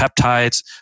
peptides